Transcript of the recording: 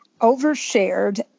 over-shared